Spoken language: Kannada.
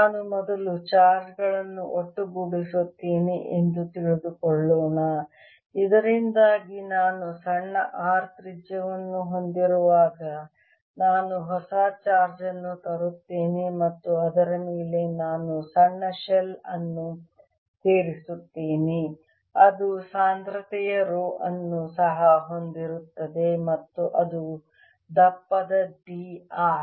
ನಾನು ಮೊದಲು ಚಾರ್ಜ್ ಗಳನ್ನು ಒಟ್ಟುಗೂಡಿಸುತ್ತೇನೆ ಎಂದು ತೆಗೆದುಕೊಳ್ಳೋಣ ಇದರಿಂದಾಗಿ ನಾನು ಸಣ್ಣ r ತ್ರಿಜ್ಯವನ್ನು ಹೊಂದಿರುವಾಗ ನಾನು ಹೊಸ ಚಾರ್ಜ್ ಅನ್ನು ತರುತ್ತೇನೆ ಮತ್ತು ಅದರ ಮೇಲೆ ನಾನು ಸಣ್ಣ ಶೆಲ್ ಅನ್ನು ಸೇರಿಸುತ್ತೇನೆ ಅದು ಸಾಂದ್ರತೆಯ ರೋ ಅನ್ನು ಸಹ ಹೊಂದಿರುತ್ತದೆ ಮತ್ತು ಅದು ದಪ್ಪದ d r